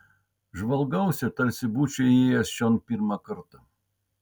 žvalgausi tarsi būčiau įėjęs čion pirmą kartą